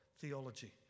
theology